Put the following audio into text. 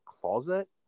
closet